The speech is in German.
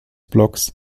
blocks